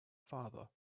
father